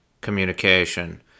communication